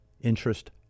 interest